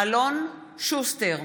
אלון נתן שוסטר,